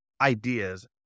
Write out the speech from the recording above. ideas